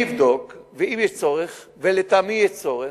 אני אבדוק, ואם יש צורך, ולטעמי יש צורך,